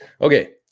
Okay